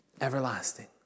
Everlasting